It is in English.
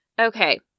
Okay